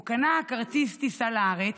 הוא קנה כרטיס טיסה לארץ,